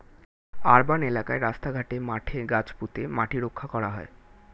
urban এলাকায় রাস্তা ঘাটে, মাঠে গাছ পুঁতে মাটি রক্ষা করা হয়